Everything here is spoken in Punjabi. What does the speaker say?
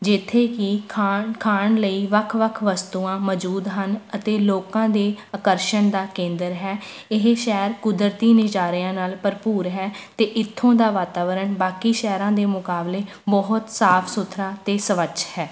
ਜਿੱਥੇ ਕਿ ਖਾਣ ਖਾਣ ਲਈ ਵੱਖ ਵੱਖ ਵਸਤੂਆਂ ਮੌਜੂਦ ਹਨ ਅਤੇ ਲੋਕਾਂ ਦੇ ਆਕਰਸ਼ਨ ਦਾ ਕੇਂਦਰ ਹੈ ਇਹ ਸ਼ਹਿਰ ਕੁਦਰਤੀ ਨਜ਼ਾਰਿਆਂ ਨਾਲ ਭਰਪੂਰ ਹੈ ਅਤੇ ਇੱਥੋਂ ਦਾ ਵਾਤਾਵਰਨ ਬਾਕੀ ਸ਼ਹਿਰਾਂ ਦੇ ਮੁਕਾਬਲੇ ਬਹੁਤ ਸਾਫ ਸੁਥਰਾ ਅਤੇ ਸਵੱਛ ਹੈ